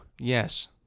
Yes